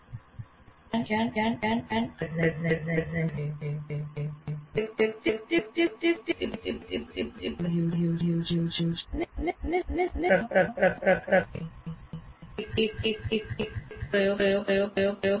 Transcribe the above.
વ્યક્તિ કોઈ નવી માહિતી પ્રસ્તુત કરી રહ્યું છે અને સમસ્યાના પ્રકારના આધારે આપ એક અથવા વધુ પ્રયોગ થયેલ ઉદાહરણો શોધી રહ્યા છો જે દર્શાવે છે કે પ્રસ્તુત માહિતી ચોક્કસ પરિસ્થિતિઓમાં કેવી રીતે લાગુ કરવામાં આવે છે